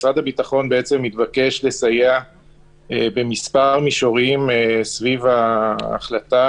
משרד הביטחון התבקש לסייע במספר מישורים סביב ההחלטה